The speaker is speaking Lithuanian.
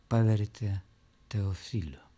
pavertė teofiliu